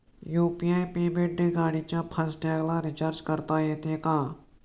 UPI पेमेंटने गाडीच्या fast टॅगला रिर्चाज करता येते का?